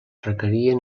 requerien